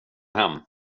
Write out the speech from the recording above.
hem